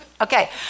Okay